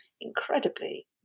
incredibly